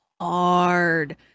hard